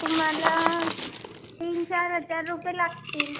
तुम्हाला तीन चार हजार रुपये लागतील